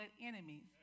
enemies